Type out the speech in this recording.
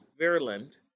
Verland